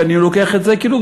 ואני לוקח את זה כדוגמה,